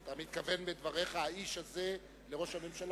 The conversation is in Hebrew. אתה מתכוון בדבריך, "האיש הזה" לראש הממשלה